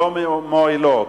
לא מועילים.